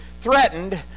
threatened